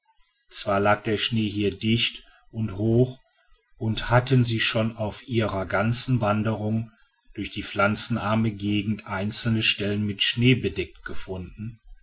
zwar lag der schnee hier dicht und hoch und hatten sie schon auf ihrer ganzen wanderung durch die pflanzenarme gegend einzelne stellen mit schnee bedeckt gefunden